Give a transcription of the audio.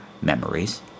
memories